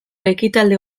ekitaldi